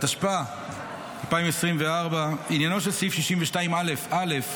התשפ"ה 2024. עניינו של סעיף 62א(א)